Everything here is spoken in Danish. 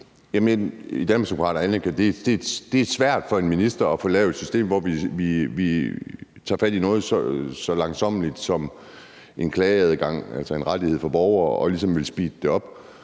det er svært for en minister at få lavet et system, hvor vi tager fat i noget så langsommeligt som en klageadgang, altså en rettighed for borgere, og så ligesom speeder det op.